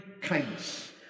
kindness